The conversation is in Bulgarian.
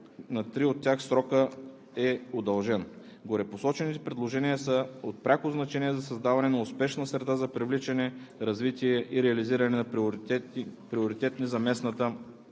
на три от тях срокът е удължен. Горепосочените предложения са от пряко значение за създаване на успешна среда за привличане, развитие и реализиране на приоритетни за местната